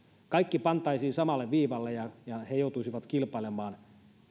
kaikki pantaisiin samalle viivalle ja ja ne joutuisivat kilpailemaan